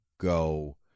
go